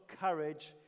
courage